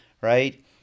right